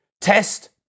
Test